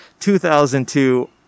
2002